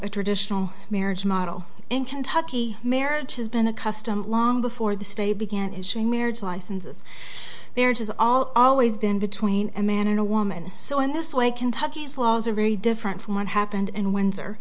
a traditional marriage model in kentucky marriage has been a custom long before the state began issuing marriage licenses there's always been between a man and a woman so in this way kentucky's laws are very different from what happened and windsor